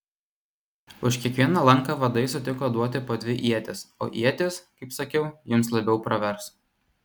už kiekvieną lanką vadai sutiko duoti po dvi ietis o ietys kaip sakiau jums labiau pravers